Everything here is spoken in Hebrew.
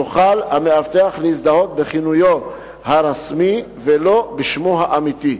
יוכל המאבטח להזדהות בכינויו הרשמי ולא בשמו האמיתי.